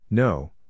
No